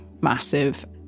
massive